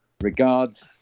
Regards